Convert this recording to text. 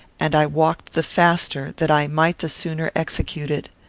and i walked the faster that i might the sooner execute it.